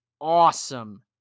Awesome